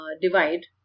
divide